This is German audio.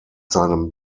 seinem